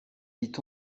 dit